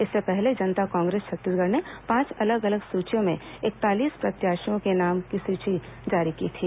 इससे पहले जनता कांग्रेस छत्तीसगढ़ ने पांच अलग अलग सूचियों में इकतालीस प्रत्याशियों के नामों की सूची जारी की थी